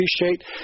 appreciate